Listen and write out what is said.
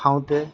খাওঁতে